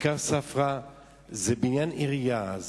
כיכר ספרא היא בניין עירייה,